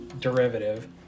derivative